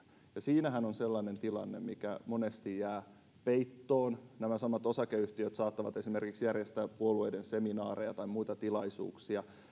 ja siinähän on sellainen tilanne mikä monesti jää peittoon nämä samat osakeyhtiöt saattavat esimerkiksi järjestää puolueiden seminaareja tai muita tilaisuuksia